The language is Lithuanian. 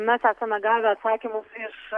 mes esame gavę atsakymus iš